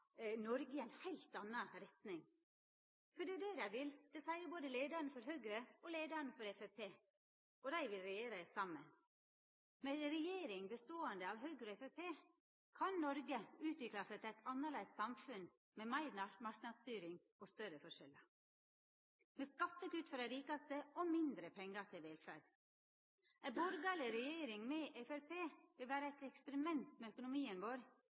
Noreg i ei heilt anna retning. For det er det dei vil, det seier både leiaren i Høgre og leiaren i Framstegspartiet – og dei vil regjera saman. Med ei regjering som består av Høgre og Framstegspartiet, kan Noreg utvikla seg til eit annleis samfunn med meir marknadsstyring og større forskjellar, med skattekutt for dei rikaste og mindre pengar til velferd. Ei borgarleg regjering med Framstegspartiet vil vera eit eksperiment med